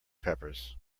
peppers